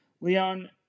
Leon